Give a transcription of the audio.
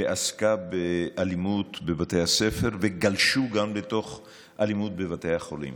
שעסקה באלימות בבתי הספר וגלשו בה גם לתוך האלימות בבתי החולים.